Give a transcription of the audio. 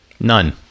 None